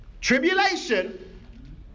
tribulation